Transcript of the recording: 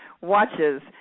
watches